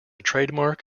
trademark